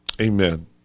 Amen